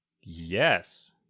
Yes